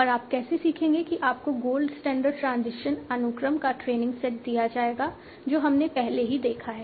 और आप कैसे सीखेंगे कि आपको गोल्ड स्टैंडर्ड ट्रांजिशन अनुक्रम का ट्रेनिंग सेट दिया जाएगा जो हमने पहले ही देखा है